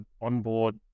onboard